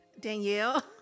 Danielle